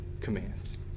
commands